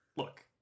Look